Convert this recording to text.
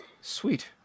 sweet